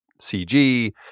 CG